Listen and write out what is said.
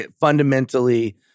fundamentally